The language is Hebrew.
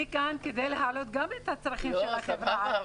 אני כאן כדי להעלות גם את הצרכים של החברה הערבית.